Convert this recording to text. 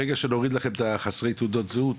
ברגע שנוריד לכם את חסרי תעודות זהות,